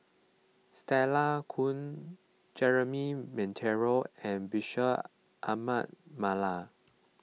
Stella Kon Jeremy Monteiro and Bashir Ahmad Mallal